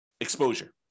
exposure